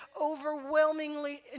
overwhelmingly